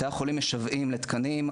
בתי החולים משוועים לתקנים,